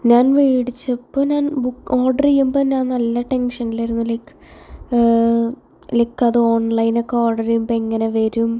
ഞാൻ വേടിച്ചപ്പോൾ ഞാൻ ബുക്ക് ഓർഡർ ചെയ്യുമ്പോൾ ഞാൻ നല്ല ടെൻഷനിലായിരുന്നു ലൈക്ക് ലൈക്ക് അത് ഓൺലൈൻ ഒക്കെ ഓർഡർ ചെയ്യുമ്പോൾ എങ്ങനെ വരും